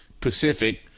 Pacific